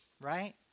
right